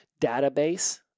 database